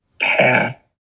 path